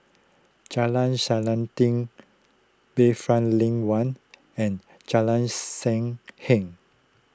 Jalan Selanting Bayfront Lane one and Jalan Sam Heng